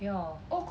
ya